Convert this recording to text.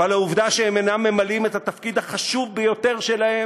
אבל העובדה שהם אינם ממלאים את התפקיד החשוב ביותר שלהם,